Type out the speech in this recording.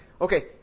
okay